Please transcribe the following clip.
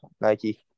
Nike